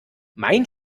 mein